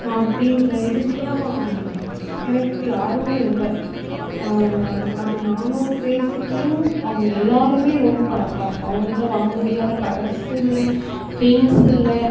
அப்படின்ற இதுக்கெலாம் எனக்கு யாருமே இல்லை அந்த நானூறு பேத்துட்டேயும் அவங்க எல்லாேருமே ரொம்ப பணக்காரங்கள் அவங்கள்கிட்ட வாங்க முடியாத கலர்ஸு இல்லை பெயிண்ட்ஸ் இல்லை